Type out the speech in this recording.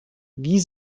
wie